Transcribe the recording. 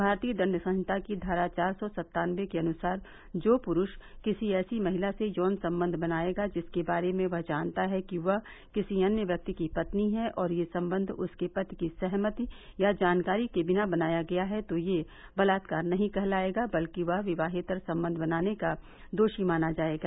भारतीय दंड सहिता की धारा चार सौ सत्तानबे के अनुसार जो पुरूष किसी ऐसी महिला से यौन संबंध बनाएगा जिसके बारे में वह जानता है कि वह किसी अन्य व्यक्ति की पत्नी है और ये संबंध उसके पति की सहमति या जानकारी के बिना बनाया गया है तो यह बलात्कार नहीं कहलायेगा बल्कि वह विवाहेतर संबंध बनाने का दोषी माना जायेगा